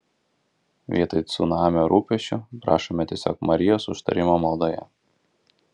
vietoj cunamio rūpesčių prašome tiesiog marijos užtarimo maldoje